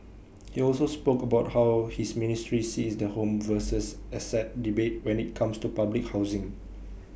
he also spoke about how his ministry sees the home versus asset debate when IT comes to public housing